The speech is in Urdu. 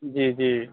جی جی